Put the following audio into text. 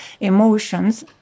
emotions